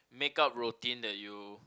make-up routine that you